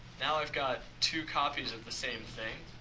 now i've got two copies of the same thing.